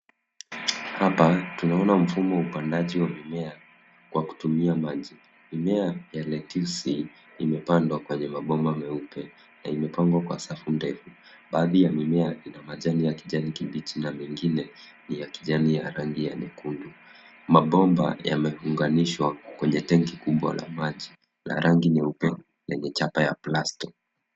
Hapa tunaona mfumo wa upandaji wa mimea kwa kutumia maji. Mimea ya letisi imepandwa kwenye mabomba meupe na imepangwa kwa safu ndefu. Baadhi ya mimea ina majani ya kijani kibichi na mengine ni ya kijani ya rangi ya nyekundu. Mabomba yameunganishwa kwenye tenki kubwa la maji na rangi nyeupe lenye chapa ya Plasto.